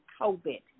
COVID